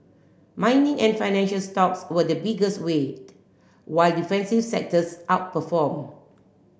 mining and financial stocks were the biggest weight while defensive sectors outperformed